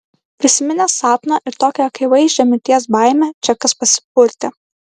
prisiminęs sapną ir tokią akivaizdžią mirties baimę džekas pasipurtė